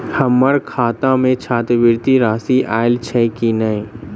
हम्मर खाता मे छात्रवृति राशि आइल छैय की नै?